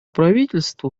правительству